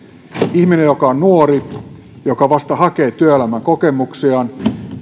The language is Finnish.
ihminen joka on nuori joka vasta hakee työelämäkokemuksiaan